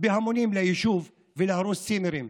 בהמוניהם ליישוב ולהרוס צימרים.